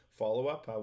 follow-up